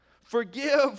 Forgive